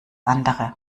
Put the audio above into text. andere